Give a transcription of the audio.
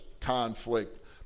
conflict